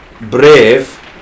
brave